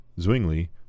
Zwingli